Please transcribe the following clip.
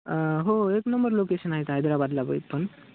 हो एक number location आहेत हैद्राबादला पण